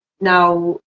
now